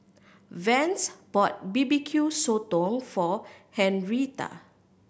Vance bought B B Q Sotong for Henrietta